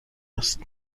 است